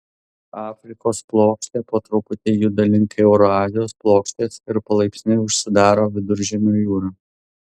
afrikos plokštė po truputį juda link eurazijos plokštės ir palaipsniui užsidaro viduržemio jūra